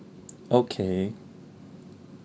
okay